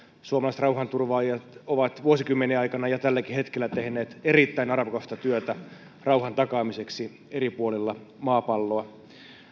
suomalaiset rauhanturvaajat ovat vuosikymmenien aikana tehneet ja tälläkin hetkellä tekevät erittäin arvokasta työtä rauhan takaamiseksi eri puolilla maapalloa